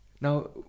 now